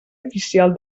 oficial